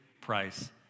price